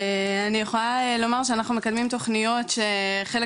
אני יכולה לומר שאנחנו מקדמים תוכניות שחלק